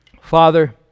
Father